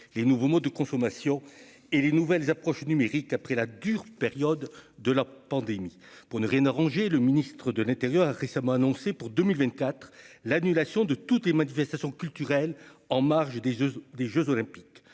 les nouveaux modes de consommation et les nouvelles approches numérique après la dure période de la pandémie pour ne rien arranger, le ministre de l'Intérieur a récemment annoncé pour 2024 l'annulation de toutes les manifestations culturelles en marge des jeux, des